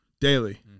Daily